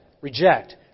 reject